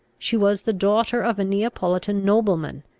she was the daughter of a neapolitan nobleman,